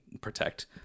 protect